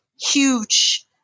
huge